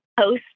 post